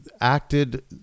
acted